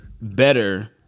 better